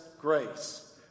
grace